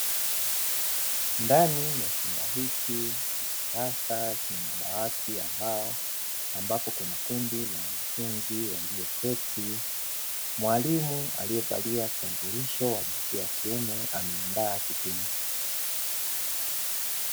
Ndani ya chumba hiki cha darasa chenye madawati ya mbao, ambapo kuna kundi la wanafunzi walioketi, mwalimu aliyevalia kitambulisho wa jinsia ya kiume ameandaa kipindi.